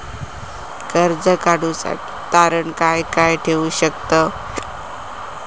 कर्ज काढूसाठी तारण काय काय ठेवू शकतव?